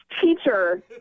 teacher